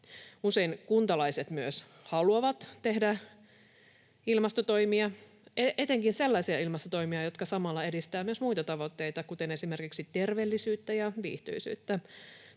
Usein kuntalaiset myös haluavat tehdä ilmastotoimia, etenkin sellaisia ilmastotoimia, jotka samalla edistävät myös muita tavoitteita, kuten esimerkiksi terveellisyyttä ja viihtyisyyttä.